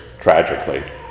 tragically